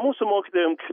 mūsų mokytojams